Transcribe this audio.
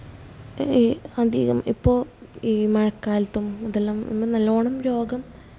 അധികം ഇപ്പോൾ ഈ മഴക്കാലത്തും ഇതെല്ലാം ഒന്ന് നല്ലവണ്ണം രോഗം